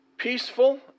peaceful